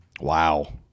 Wow